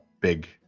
big